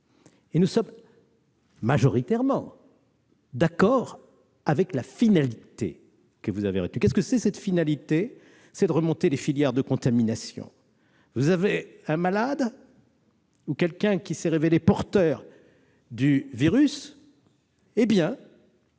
Nous sommes majoritairement d'accord avec la finalité que vous avez retenue. Quelle est-elle ? Il s'agit de remonter les filières de contamination. À un malade ou à quelqu'un qui s'est révélé porteur du virus,